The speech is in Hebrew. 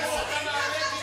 נא לסיים.